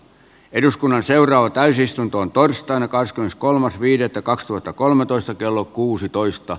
eduskunnan seuraava täysistuntoon torstaina kahdeskymmeneskolmas viidettä kaksituhattakolmetoista kello kuusitoista